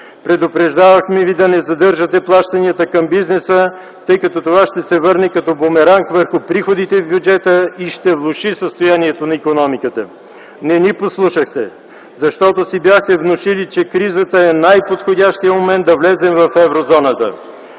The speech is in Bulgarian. Предупреждавахме ви да не задържате плащанията към бизнеса, тъй като това ще се върне като бумеранг върху приходите в бюджета и ще влоши състоянието на икономиката. Не ни послушахте. Защото си бяхте внушили, че кризата е най-подходящият момент да влезем в Еврозоната.